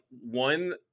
one